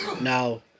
Now